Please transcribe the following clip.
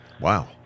Wow